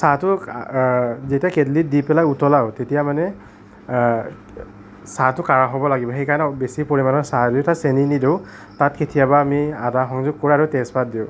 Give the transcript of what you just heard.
চাহটো যেতিয়া কটলিত দি পেলাই উতলাওঁ তেতিয়া মানে চাহটো কাঢ়া হ'ব লাগিব সেইকাৰণে বেছি পৰিমাণে চাহ দিওঁ চেনি নিদিওঁ তাত কেতিয়াবা আমি আদা সংযোগ কৰোঁ আৰু তেজপাত দিওঁ